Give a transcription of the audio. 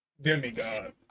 Demi-god